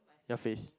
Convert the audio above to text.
your face